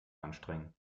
anstrengen